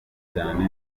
cyane